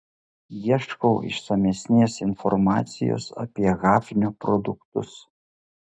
ieškau išsamesnės informacijos apie hafnio produktus